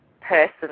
person